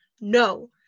No